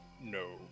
No